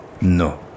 No